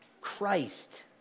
Christ